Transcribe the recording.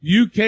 UK